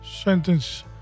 sentence